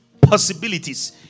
possibilities